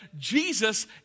Jesus